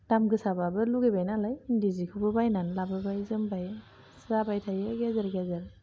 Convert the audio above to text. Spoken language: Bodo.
दाम गोसाबाबो लुगैबाय नालाय इन्दि जिखौबो बायनानै लाबोबाय जोमबाय जाबाय थायो गेजेर गेजेर